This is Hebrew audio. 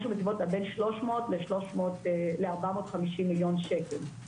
משהו בסביבות בין שלוש מאות לארבע מאות חמישים מיליון שקל.